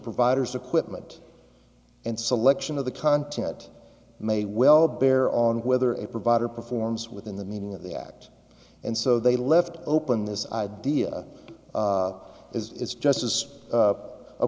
provider's equipment and selection of the content may well bear on whether a provider performs within the meaning of the act and so they left open this idea it's just as